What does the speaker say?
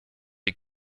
est